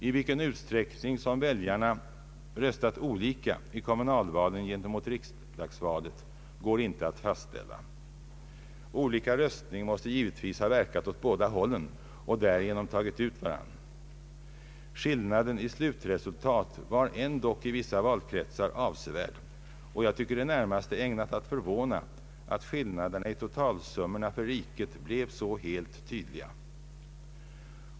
I vilken utsträckning väljarna röstade olika i kommunalvalet gentemot riksdagsvalet går inte att fastställa. Olika röstning måste givetvis ha verkat åt båda hållen, varigenom variationerna utjämnat varandra, Skillnaden i slutresultat var ändock i vissa valkretsar avsevärd, och jag tycker det närmast är ägnat att förvåna, att skillnaderna i totalsummorna för riket blev så helt tydliga.